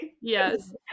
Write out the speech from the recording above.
yes